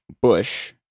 Bush